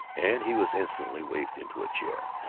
and he was instantly wafted into a chair.